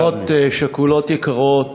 משפחות שכולות יקרות,